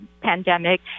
pandemic